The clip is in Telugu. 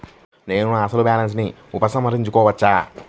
నేను నా అసలు బాలన్స్ ని ఉపసంహరించుకోవచ్చా?